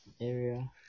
area